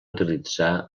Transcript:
utilitzar